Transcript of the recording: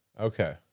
Okay